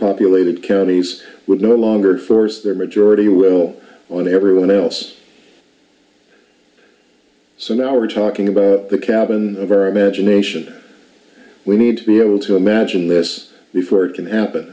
populated counties would no longer force their majority will on everyone else so now we're talking about the cabin of our imagination we need to be able to imagine this before it can happen